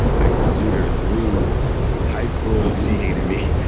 i pursued her through high school, and she hated me.